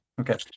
Okay